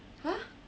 !huh!